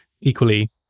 equally